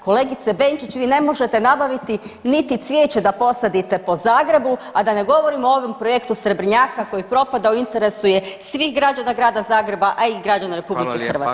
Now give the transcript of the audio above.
Kolegice Benčić vi ne možete nabaviti niti cvijeće da posadite po Zagrebu, a da ne govorim o ovom projektu Srebrnjaka koji propada u interesu je svih građana Grada Zagreba, a i građana RH.